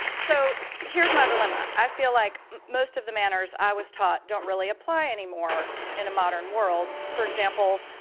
so here's my dilemma, i feel like most of the manners i was taught don't really apply anymore, in a modern world, for example,